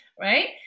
right